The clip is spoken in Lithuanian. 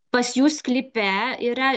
pas jus sklype yra